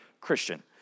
Christian